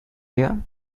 here